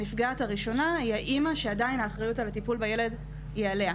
הנפגעת הראשונה היא האימא שהאחריות על הטיפול בילד היא עליה.